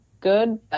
good